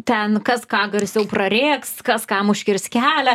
ten kas ką garsiau prarėks kas kam užkirs kelią